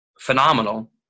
phenomenal